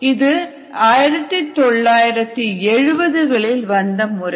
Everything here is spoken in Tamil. இது 1970 களில் வந்த முறை